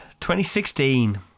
2016